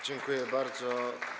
Dziękuję bardzo.